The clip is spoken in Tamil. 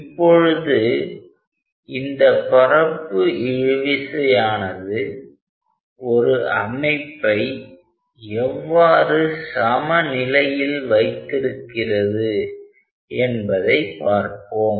இப்பொழுது இந்த பரப்பு இழுவிசை ஆனது ஒரு அமைப்பை எவ்வாறு சம நிலையில் வைத்திருக்கிறது என்பதை பார்ப்போம்